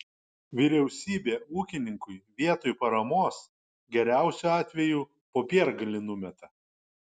vyriausybė ūkininkui vietoj paramos geriausiu atveju popiergalį numeta